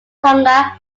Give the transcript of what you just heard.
tonga